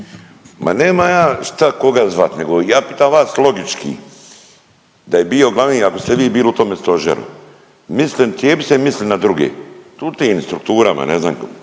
Ma nemam ja šta koga zvat nego ja pitam vas logički. Da je bio glavni ako ste vi bili u tome stožeru, mislim cijepi se misli na druge, u tim strukturama ne znam jel